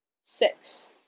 six